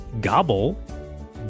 gobble